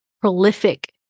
prolific